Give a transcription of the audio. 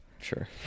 Sure